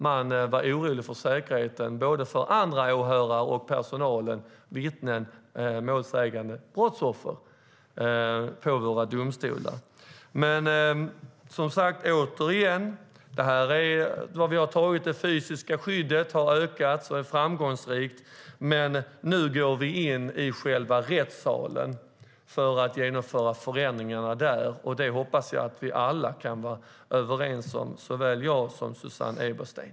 De var oroliga för säkerheten, såväl för andra åhörare, personal, vittnen och målsägande som för brottsoffer vid våra domstolar. Återigen: Det fysiska skyddet har ökat. Det är framgångsrikt. Men nu går vi in i själva rättssalen för att genomföra förändringarna där. Det hoppas jag att vi alla kan vara överens om, även jag och Susanne Eberstein.